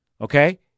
Okay